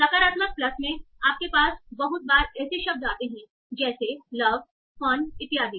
सकारात्मक प्लस में आपके पास बहुत बार ऐसे शब्द आते हैं जैसे लव फन इत्यादि